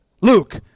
Luke